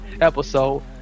episode